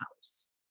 house